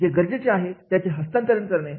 जे गरजेचे आहे त्याचे हस्तांतरण करणे